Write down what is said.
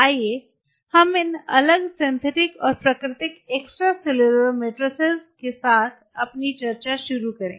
आइए हम इन अलग सिंथेटिक और प्राकृतिक एक्स्ट्रासेलुलर मैट्रिक्स के साथ अपनी चर्चा शुरू करें